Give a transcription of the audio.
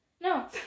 No